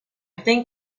think